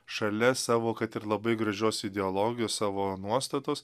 šalia savo kad ir labai gražios ideologijos savo nuostatos